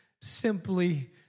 simply